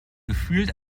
gefühlt